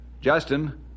Justin